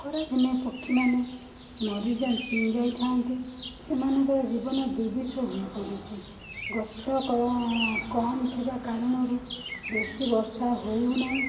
ଖରାଦିନେ ପକ୍ଷୀମାନେ ମରି ଯାଇଥାନ୍ତି ସେମାନଙ୍କର ଜୀବନ ଦୁର୍ବିସ ହୋଇପଡ଼ୁଛି ଗଛ କମ୍ ଥିବା କାରଣରୁ ବେଶୀବର୍ଷା ହଉନାହିଁ